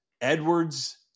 edwards